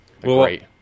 Great